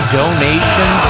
donation